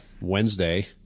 Wednesday